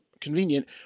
convenient